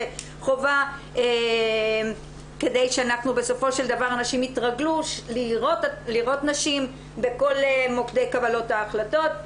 חובה כדי שבסופו של דבר אנשים יתרגלו לראות נשים בכל מוקדי קבלת ההחלטות.